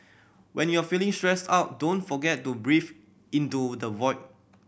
when you are feeling stressed out don't forget to breathe into the void